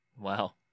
Wow